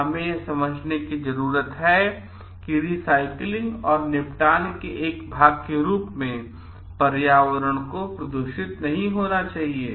यह हमें समझने की जरूरत है कि इस रीसाइक्लिंग और निपटान के एक भाग के रूप में पर्यावरण प्रदूषित नहीं होना चाहिए